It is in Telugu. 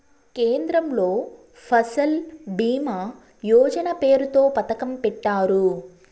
కేంద్రంలో ఫసల్ భీమా యోజన పేరుతో పథకం పెట్టారు